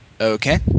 Okay